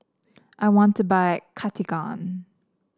I want to buy Cartigain